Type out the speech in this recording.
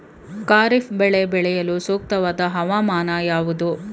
ಖಾರಿಫ್ ಬೆಳೆ ಬೆಳೆಯಲು ಸೂಕ್ತವಾದ ಹವಾಮಾನ ಯಾವುದು?